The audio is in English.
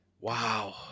wow